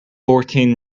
fourteen